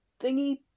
thingy